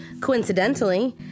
Coincidentally